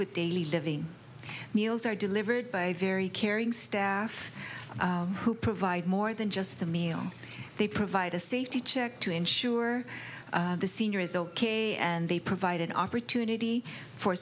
with daily living meals are delivered by very caring staff who provide more than just a meal they provide a safety check to ensure the senior is ok and they provide an opportunity for